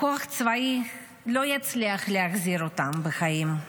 כוח צבאי לא יצליח להחזיר אותם בחיים.